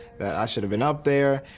that i should've been up there,